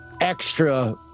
extra